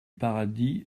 paradis